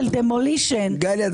להפר חוזה יש בעיה.